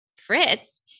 fritz